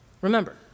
Remember